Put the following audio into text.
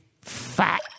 fat